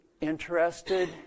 interested